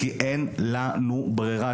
כי אין לנו ברירה.